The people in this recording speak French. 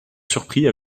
surpris